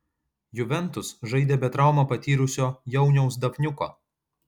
juventus žaidė be traumą patyrusio jauniaus davniuko